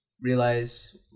realize